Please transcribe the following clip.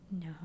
No